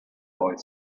boy